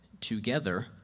together